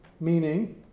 Meaning